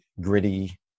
gritty